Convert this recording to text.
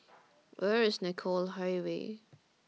Where IS Nicoll Highway